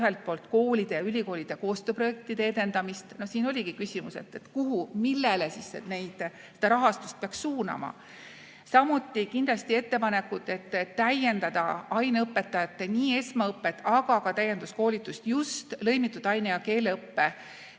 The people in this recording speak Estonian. koolide ja ülikoolide koostööprojektide edendamist. Siin oligi küsimus, millele siis rahastust peaks suunama. Samuti kindlasti ettepanekud, et täiendada aineõpetajate nii esmaõpet kui ka täienduskoolitust just lõimitud aine- ja keeleõppe